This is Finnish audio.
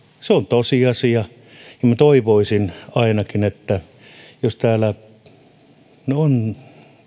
se on tosiasia minä toivoisin ainakin että täällä no on